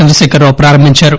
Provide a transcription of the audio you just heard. చంద్రశేఖర్ రావు ప్రారంభించారు